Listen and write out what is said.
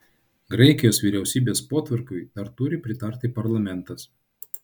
graikijos vyriausybės potvarkiui dar turi pritarti parlamentas